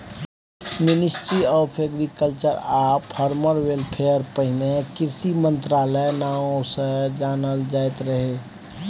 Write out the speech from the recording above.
ministry of agriculture आ farmer welfare पहिने कृषि मंत्रालय नाओ सँ जानल जाइत रहय